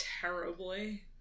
terribly